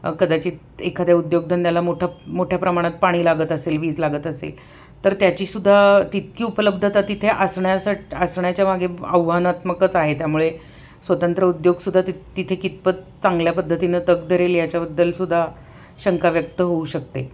कदाचित एखाद्या उद्योगधंद्याला मोठ मोठ्या प्रमाणात पाणी लागत असेल वीज लागत असेल तर त्याचीसुद्धा तितकी उपलब्धता तिथे आसण्यासाठी असण्याच्या मागे आव्हानात्मकच आहे त्यामुळे स्वतंत्र उद्योगसुद्धा तित तिथे कितपत चांगल्या पद्धतीनं तग धरेल याच्याबद्दलसुद्धा शंका व्यक्त होऊ शकते